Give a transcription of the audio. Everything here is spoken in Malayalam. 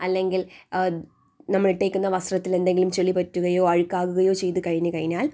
അല്ലെങ്കിൽ നമ്മൾ ഇട്ടേക്കുന്ന വസ്ത്രത്തിൽ എന്തെങ്കിലും ചെളി പറ്റുകയോ അഴുക്കാകുകയോ ചെയ്തു കഴിഞ്ഞു കഴിഞ്ഞാൽ